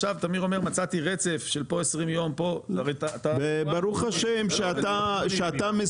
עכשיו תמיר אומר מצאתי רצף של פה 20 יום פה -- וברוך השם שאתה מסודר,